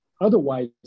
Otherwise